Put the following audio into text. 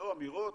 לא אמירות,